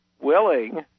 willing